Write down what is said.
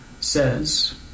says